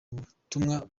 butumwa